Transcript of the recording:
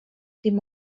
dim